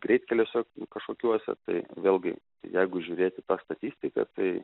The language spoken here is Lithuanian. greitkeliuose kažkokiuose tai vėlgi jeigu žiūrėti į tą statistiką tai